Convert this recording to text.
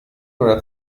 oder